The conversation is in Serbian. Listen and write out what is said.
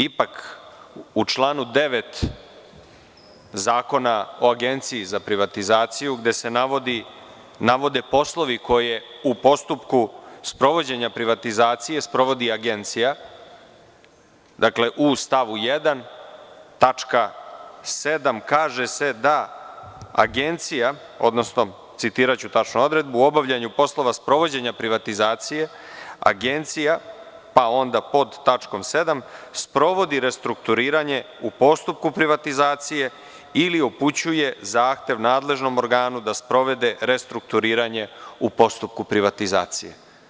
Ipak, u članu 9. Zakona o Agenciji za privatizaciju, gde se navode poslovi koje u postupku sprovođenja privatizacije, sprovodi Agencija, u stavu 1. tačka 7. kaže se da Agencija, citiraću tačno odredbu, u obavljanju poslova sprovođenja privatizacije, Agencije, pa onda pod tačkom 7, sprovodi restrukturiranje u postupku privatizacije ili upućuje zahtev nadležnom organu da sprovede restrukturiranje u postupku privatizacije.